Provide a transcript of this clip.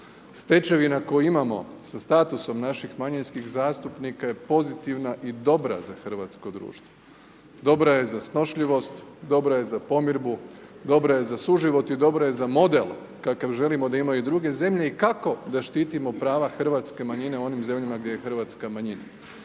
Stečevina koju imamo sa statusom naših manjinskih zastupnika je pozitivna i dobra za hrvatsko društvo, dobra je za snošljivost, dobra je za pomirbu, dobra je za suživot i dobra je za model kakav želimo da imaju i druge zemlje i kako da štitimo prava hrvatske manjine u onim zemljama gdje je Hrvatska manjina.